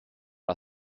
are